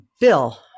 Bill